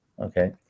Okay